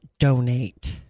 donate